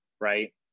right